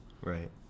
Right